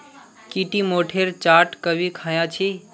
की टी मोठेर चाट कभी ख़या छि